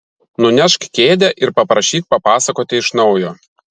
nunešk kėdę ir paprašyk papasakoti iš naujo